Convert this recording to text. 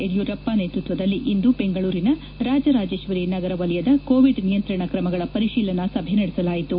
ಯಡಿಯೂರಪ್ಪ ನೇತೃತ್ವದಲ್ಲಿ ಇಂದು ಬೆಂಗಳೂರಿನ ರಾಜರಾಜೇಶ್ವರಿ ನಗರ ವಲಯದ ಕೋವಿಡ್ ನಿಯಂತ್ರಣ ಕ್ರಮಗಳ ಪರಿಶೀಲನಾ ಸಭೆ ನಡೆಸಲಾಯಿತು